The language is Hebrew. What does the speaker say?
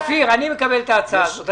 אופיר, אני מקבל את ההצעה שלך.